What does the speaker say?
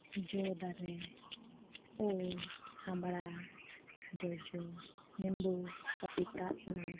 ᱡᱚ ᱫᱟᱨᱮ ᱩᱞ ᱟᱢᱲᱟ ᱡᱚᱡᱚ ᱱᱮᱢᱵᱩ ᱯᱚᱯᱤᱛᱟ ᱮᱢᱟᱱ